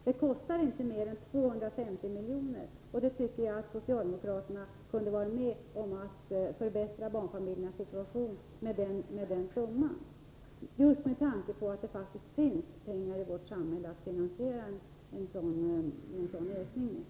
Det kostar inte mer än 250 miljoner, och jag tycker att socialdemokraterna kunde vara med om att förbättra barnfamiljernas situation med den summan, just med tanke på att det faktiskt finns pengar i vårt samhälle att finansiera en sådan höjning med.